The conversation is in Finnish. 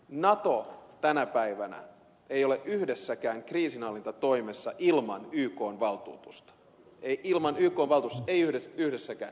nato tänä päivänä ei ole yhdessäkään kriisinhallintatoimessa ilman ykn valtuutusta ilman ykn valtuutusta ei yhdessäkään